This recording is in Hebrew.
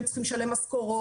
הם צריכים לשלם משכורות,